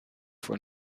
for